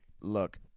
Look